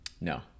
no